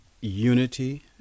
unity